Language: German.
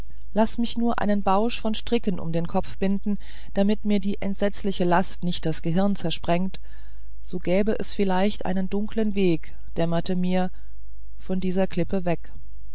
laß mich nur einen bausch von stricken um den kopf binden damit mir die entsetzliche last nicht das gehirn zersprengt so gäbe es vielleicht einen dunklen weg dämmerte mir von dieser klippe weg